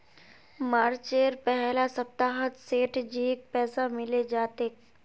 मार्चेर पहला सप्ताहत सेठजीक पैसा मिले जा तेक